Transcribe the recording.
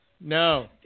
no